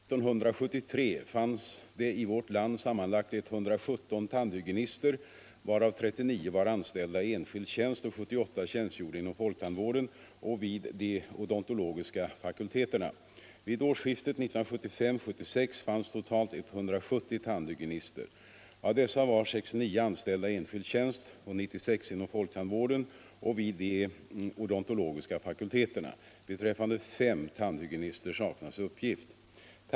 Herr talman! Fru Berglund har frågat mig vilka åtgärder jag ämnar vidta för att öka folktandvårdens andel av antalet tandhygienister. Den 1 juli 1973 fanns det i vårt land sammanlagt 117 tandhygienister, varav 39 var anställda i enskild tjänst och 78 tjänstgjorde inom folktandvården och vid de odontologiska fakulteterna. Vid årsskiftet 1975-1976 fanns totalt 170 tandhygienister. Av dessa var 69 anställda i enskild tjänst och 96 inom folktandvården och vid de odontologiska fakulteterna. Beträffande fem tandhygienister saknas uppgift.